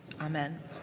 amen